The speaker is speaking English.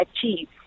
achieve